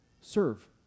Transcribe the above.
serve